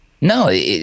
no